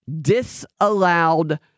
disallowed